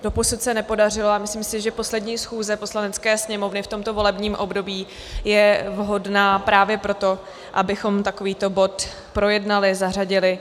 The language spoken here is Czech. Doposud se to nepodařilo a myslím si, že poslední schůze Poslanecké sněmovny v tomto volebním období je vhodná právě pro to, abychom takovýto bod projednali, zařadili.